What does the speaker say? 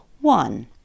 One